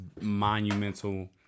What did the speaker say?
monumental